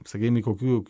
sakykim kokių